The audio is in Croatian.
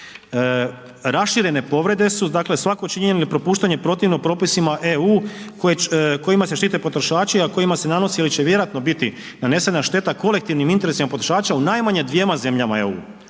Raširene povrede su dakle, svako činjenje ili propuštanje protivno propisima EU kojima se štite potrošači, a kojima se nanosi ili će vjerojatno biti nanesena šteta kolektivnim interesima potrošača u najmanje dvjema zemlja EU